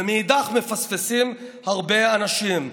ומנגד מפספסים הרבה אנשים.